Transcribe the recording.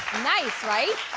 nice, right?